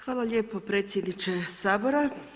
Hvala lijepo predsjedniče Sabora.